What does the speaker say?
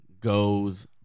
goes